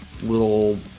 little